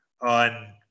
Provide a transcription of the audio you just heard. on